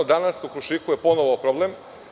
Danas je u „Krušiku“ ponovo problem.